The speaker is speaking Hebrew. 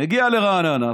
מגיע לרעננה,